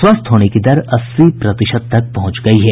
स्वस्थ होने की दर अस्सी प्रतिशत तक पहुंच गयी है